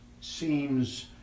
seems